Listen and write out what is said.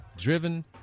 driven